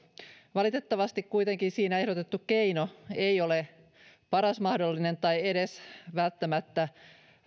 valitettavasti kuitenkin siinä ehdotettu keino ei ole paras mahdollinen tai edes välttämättä